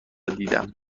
دیدم